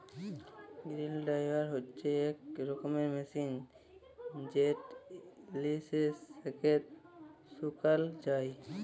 grain dryer হছে ইক রকমের মেশিল যেট লিঁয়ে শস্যকে শুকাল যায়